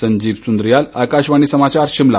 संजीव सुंद्रियाल आकाशवाणी समाचार शिमला